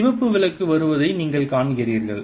சிவப்பு விளக்கு வருவதை நீங்கள் காண்கிறீர்கள்